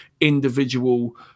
individual